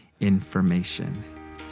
information